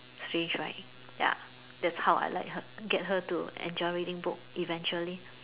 strange right ya that's how I like her get her to enjoy reading book eventually